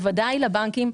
בוודאי לבנקים,